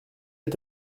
est